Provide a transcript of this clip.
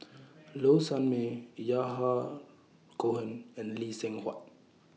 Low Sanmay Yahya Cohen and Lee Seng Huat